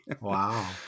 wow